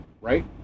right